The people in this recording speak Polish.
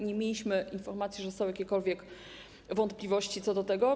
Nie mieliśmy informacji, że są jakiekolwiek wątpliwości co do tego.